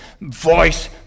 Voice